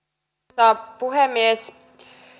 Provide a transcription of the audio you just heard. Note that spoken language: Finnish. arvoisa puhemies